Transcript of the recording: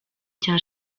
cya